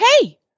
Hey